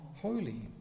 holy